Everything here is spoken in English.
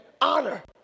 Honor